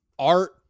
art